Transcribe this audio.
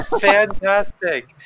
fantastic